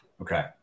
Okay